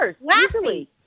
Lassie